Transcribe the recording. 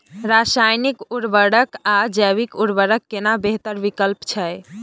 रसायनिक उर्वरक आ जैविक उर्वरक केना बेहतर विकल्प छै?